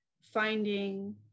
finding